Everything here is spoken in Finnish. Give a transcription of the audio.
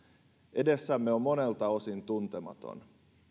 edessämme on monelta osin tuntematon